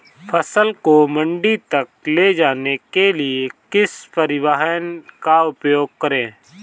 फसल को मंडी तक ले जाने के लिए किस परिवहन का उपयोग करें?